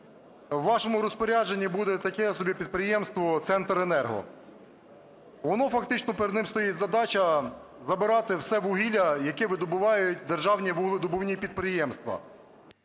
У вашому розпорядженні буде таке собі підприємство "Центренерго", фактично перед ним стоїть задача забирати все вугілля, яке видобувають державні вуглевидобувні підприємства.